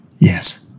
Yes